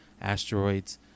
asteroids